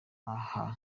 aho